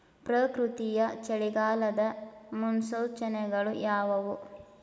ಪ್ರಕೃತಿಯ ಚಳಿಗಾಲದ ಮುನ್ಸೂಚನೆಗಳು ಯಾವುವು?